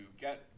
get